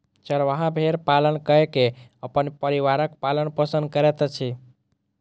चरवाहा भेड़ पालन कय के अपन परिवारक पालन पोषण करैत अछि